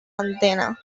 antena